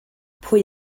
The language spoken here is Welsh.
pwy